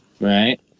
right